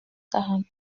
quarante